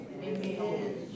Amen